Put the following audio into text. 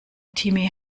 timmy